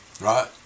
Right